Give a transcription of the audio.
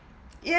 yeah